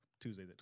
tuesday